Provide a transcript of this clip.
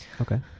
Okay